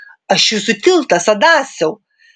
aš jūsų tiltas adasiau